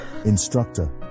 Instructor